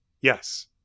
Yes